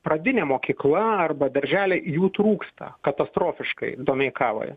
pradinė mokykla arba berželiai jų trūksta katastrofiškai domeikavoje